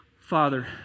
Father